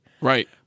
right